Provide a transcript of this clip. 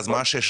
אז מה שש